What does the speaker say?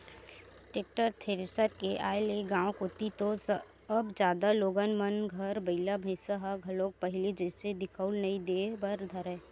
tractor, thresher के आय ले गाँव कोती तो अब जादा लोगन मन घर बइला भइसा ह घलोक पहिली जइसे दिखउल नइ देय बर धरय